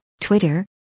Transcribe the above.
Twitter